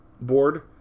board